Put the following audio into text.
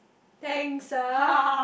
thanks ah